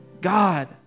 God